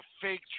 fake